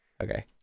Okay